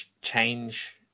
change